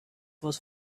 was